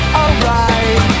alright